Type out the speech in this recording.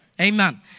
Amen